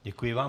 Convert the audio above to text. Děkuji vám.